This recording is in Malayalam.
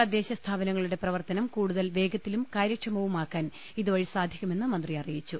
തദ്ദേശ സ്ഥാപനങ്ങളുടെ പ്രവർത്തനം കൂടുതൽ വേഗ ത്തിലും കാര്യക്ഷമവുമാക്കാൻ ഇതുവഴി സാധിക്കുമെന്ന് മന്ത്രി അറിയി ച്ചു